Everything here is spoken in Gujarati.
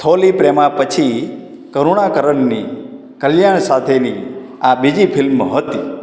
થોલી પ્રેમા પછી કરૂણાકરનની કલ્યાણ સાથેની આ બીજી ફિલ્મ હતી